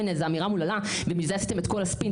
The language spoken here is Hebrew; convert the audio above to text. עם איזה אמירה אומללה ומזה עשיתם את כל הספין,